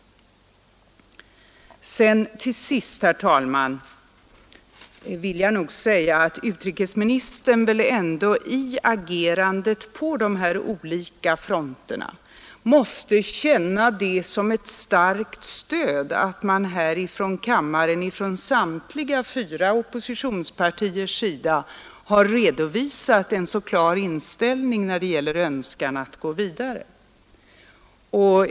Till sist, herr talman, vill jag nog säga att utrikesministern väl ändå i agerandet på de här olika fronterna måste känna det som ett starkt stöd, att man här i kammaren ifrån samtliga fyra oppositionspartiers sida har redovisat en så klar inställning i fråga om önskan att gå vidare.